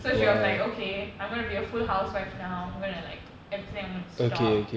so she was like okay I'm gonna be a full housewife now I'm gonna like I'm gonna stop